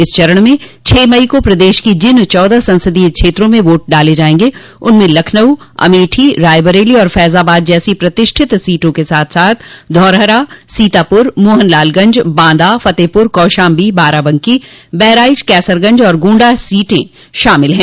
इस चरण में छह मई को प्रदेश की जिन चौदह संसदीय क्षेत्रों में वोट डाले जायेंगे उनमें लखनऊ अमेठी रायबरेली और फैजाबाद जैसी प्रतिष्ठित सीटों के साथ साथ धौरहरा सीतापुर मोहनलालगंज बांदा फतेहप्र कौशाम्बी बाराबंकी बहराइच कैसरगंज और गोण्डा सीटें शामिल हैं